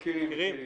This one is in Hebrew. מכירים.